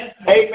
Amen